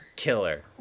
killer